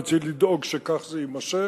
וצריך לדאוג שכך זה יימשך,